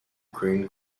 green